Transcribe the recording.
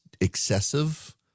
excessive